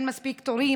אין מספיק תורים,